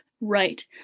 right